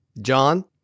John